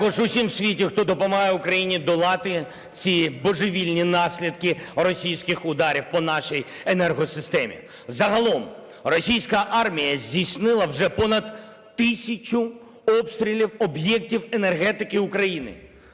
також в усьому світі, хто допомагає Україні долати ці божевільні наслідки російських ударів по нашій енергосистемі. Загалом російська армія здійснила вже понад тисячу обстрілів об'єктів енергетики України.